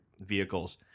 vehicles